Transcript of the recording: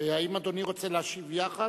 האם אדוני רוצה להשיב יחד?